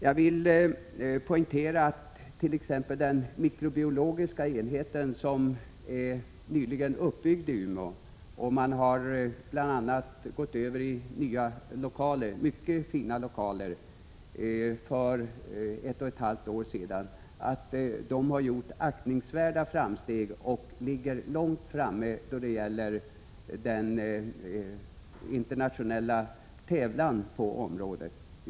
Jag vill poängtera att t.ex. den mikrobiologiska enheten — som nyligen byggts upp i Umeå och som för ett och ett halvt år sedan flyttade till nya, mycket fina lokaler — har gjort aktningsvärda framsteg och ligger långt framme i den internationella tävlan på området.